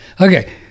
Okay